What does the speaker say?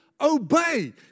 obey